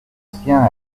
siens